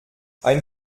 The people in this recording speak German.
ein